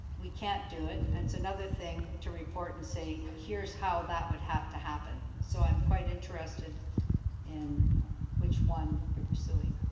we can't do it, and it's another thing to report and say here's how that would have to happen. so i'm quite interested in which one we're pursuing.